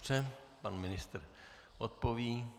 Dobře, pan ministr odpoví.